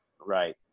Right